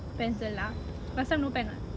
pencil lah last time no pen [what]